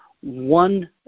one